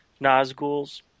Nazguls